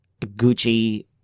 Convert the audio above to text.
Gucci